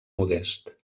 modest